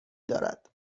دارد